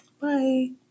Bye